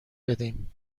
بدیم